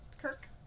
Kirk